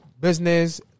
business